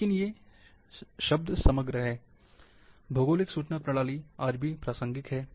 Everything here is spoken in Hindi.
लेकिन ये समग्र शब्द भौगोलिक सूचना प्रणाली आज भी प्रासंगिक है